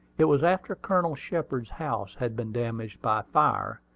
it was after colonel shepard's house had been damaged by fire,